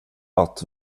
att